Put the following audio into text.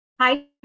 Hi